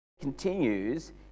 continues